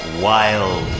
Wild